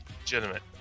legitimate